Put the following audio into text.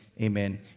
amen